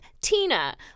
Tina